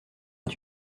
est